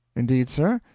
indeed, sir?